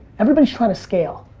everybody's trying to scale.